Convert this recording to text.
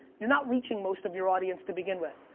you're not reaching most of your audience to begin with,